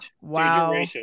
Wow